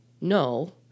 No